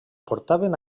portaven